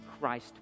Christ